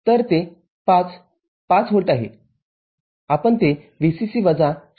तर ते ५ ५ व्होल्ट आहे आपण ते VCC वजा ०